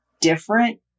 different